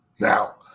Now